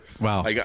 Wow